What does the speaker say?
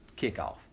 kickoff